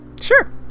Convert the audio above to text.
Sure